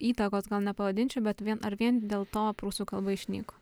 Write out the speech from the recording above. įtakos gal nepavadinčiau bet vien ar vien dėl to prūsų kalba išnyko